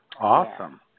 Awesome